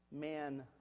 man